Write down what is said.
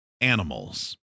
animals